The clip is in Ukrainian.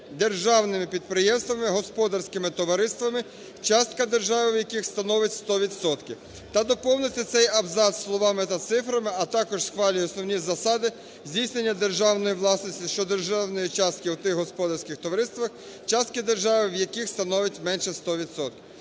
"державними підприємствами, господарськими товариствами, частка держави в яких становить 100 відсотків". Та доповнити цей абзац словами та цифрами "а також схвалює основні засади здійснення державної власності щодо державної частики у тих господарських товариствах, частка держави в яких становить менше 100